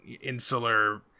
insular